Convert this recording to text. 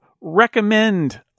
recommend